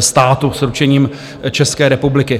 státu, České republiky?